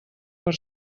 per